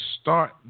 start